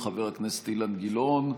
חבר הכנסת אילן גילאון.